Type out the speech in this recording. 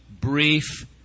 brief